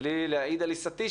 בלי להעיד על עיסתי,